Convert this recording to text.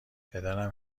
پدرم